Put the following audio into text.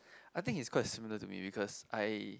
I think he's quite similar to me because I